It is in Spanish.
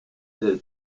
del